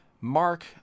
Mark